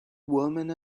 woman